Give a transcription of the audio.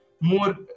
more